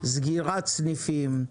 סגירת סניפים.